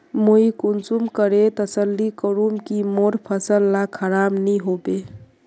मुई कुंसम करे तसल्ली करूम की मोर फसल ला खराब नी होबे?